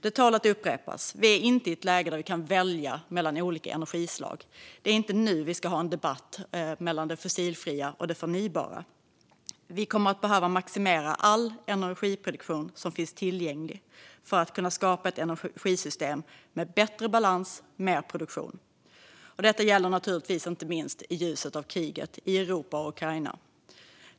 Det tål att upprepas: Vi är inte i ett läge där vi kan välja mellan olika energislag. Det är inte nu vi ska ha en debatt mellan det fossilfria och det förnybara. Vi kommer att behöva maximera all energiproduktion som finns tillgänglig för att kunna skapa ett energisystem med bättre balans och mer produktion. Detta gäller naturligtvis inte minst i ljuset av kriget i Europa och Ukraina.